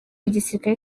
igisirikare